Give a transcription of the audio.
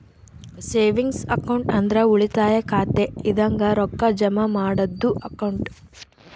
savings account ಅಂದ್ರ ಉಳಿತಾಯ ಖಾತೆ ಇದಂಗ ರೊಕ್ಕಾ ಜಮಾ ಮಾಡದ್ದು ಅಕೌಂಟ್